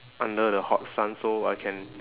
under the hot sun so I can